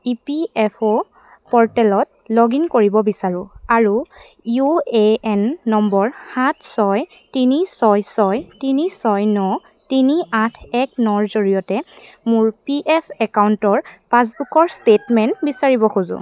ই P F অ' প'ৰ্টেলত log in কৰিব বিচাৰোঁ আৰু ইউ এ এন নম্বৰ সাত ছয় তিনি ছয় ছয় তিনি ছয় ন তিনি আঠ এক নৰ জৰিয়তে মোৰ পি এফ একাউণ্টৰ পাছবুকৰ ষ্টেটমেণ্ট বিচাৰিব খোজোঁ